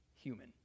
human